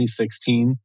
2016